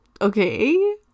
okay